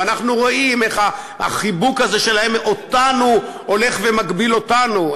ואנחנו רואים איך החיבוק הזה שלהם אותנו הולך ומגביל אותנו.